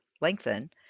lengthen